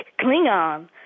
Klingon